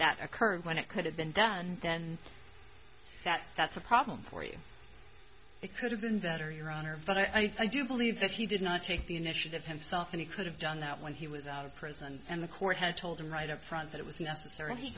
that occurred when it could have been done then that that's a problem for you it could have been that or your honor but i think you believe that he did not take the initiative himself and he could have done that when he was out of prison and the court had told him right up front that it was necessary